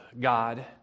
God